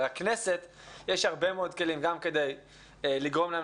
לכנסת יש הרבה מאוד כלים גם כדי לגרום להם